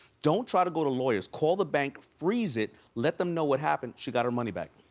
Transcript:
don't try to go to lawyers. call the bank. freeze it. let them know what happened. she got her money back.